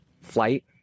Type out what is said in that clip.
flight